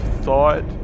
thought